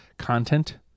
content